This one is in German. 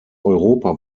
europa